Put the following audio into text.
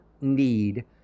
need